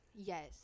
yes